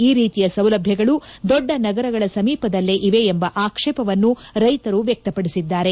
ಈ ರೀತಿಯ ಸೌಲಭ್ಯಗಳು ದೊಡ್ಡ ನಗರಗಳ ಸಮೀಪದಲ್ಲೇ ಇವೆ ಎಂಬ ಆಕ್ಷೇಪವನ್ನು ರೈತರು ವ್ಯಕ್ತಪಡಿಸಿದ್ದಾರೆ